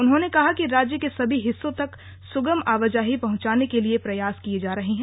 उन्होंने कहा कि राज्य के सभी हिस्सों तक सुगम आवाजाही पहंचाने के लिए प्रयास किए जा रहे हैं